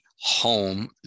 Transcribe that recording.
home